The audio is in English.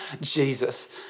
Jesus